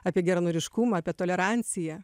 apie geranoriškumą apie toleranciją